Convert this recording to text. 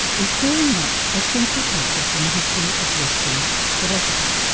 is very much a central concept in the history of western philosophy.